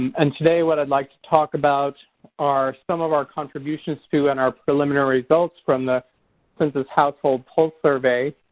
and today, what i'd like to talk about are some of our contributions to and our preliminary results from the census household pulse survey.